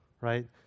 right